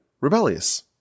rebellious